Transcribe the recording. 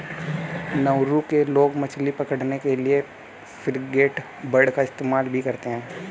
Nauru के लोग मछली पकड़ने के लिए फ्रिगेटबर्ड का इस्तेमाल भी करते हैं